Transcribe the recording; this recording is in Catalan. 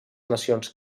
nacions